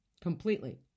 completely